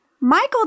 Michael